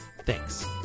Thanks